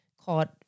called